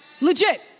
Legit